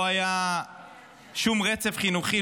לא היה שום רצף חינוכי,